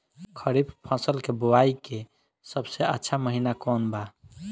खरीफ फसल के बोआई के सबसे अच्छा महिना कौन बा?